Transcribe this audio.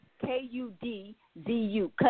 K-U-D-Z-U